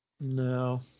No